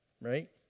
right